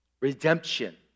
Redemption